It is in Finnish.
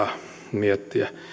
miettiä